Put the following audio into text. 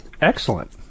Excellent